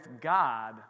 God